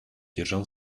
держал